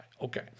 Okay